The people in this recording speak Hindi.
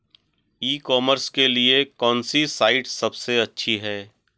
ई कॉमर्स के लिए कौनसी साइट सबसे अच्छी है?